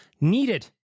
needed